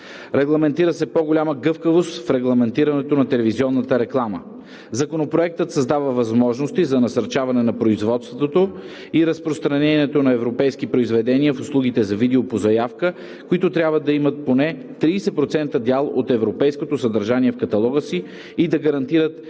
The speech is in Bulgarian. Регламентира се по-голяма гъвкавост в регламентирането на телевизионната реклама. Законопроектът създава възможности за насърчаване на производството и разпространението на европейски произведения в услугите за видео по заявка, които трябва да имат поне 30% дял от европейското съдържание в каталога си и да гарантират видимостта